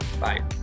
Bye